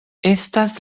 estas